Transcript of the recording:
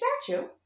statue